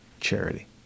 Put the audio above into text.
charity